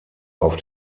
auf